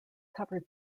covered